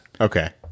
Okay